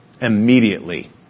immediately